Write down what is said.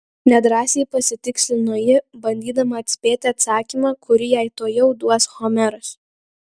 nedrąsiai pasitikslino ji bandydama atspėti atsakymą kurį jai tuojau duos homeras